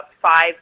five